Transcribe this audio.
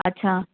अच्छा